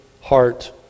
heart